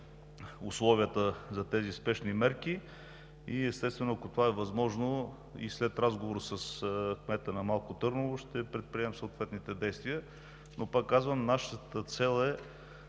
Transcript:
условията за тези спешни мерки и, ако това е възможно, след разговор с кмета на Малко Търново ще предприемем съответните действия. Пак казвам, нашата цел е